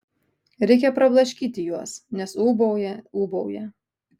reikia prablaškyti juos nes ūbauja ūbauja